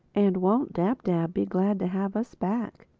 and won't dab-dab be glad to have us back!